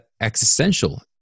existential